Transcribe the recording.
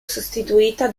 sostituita